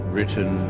Written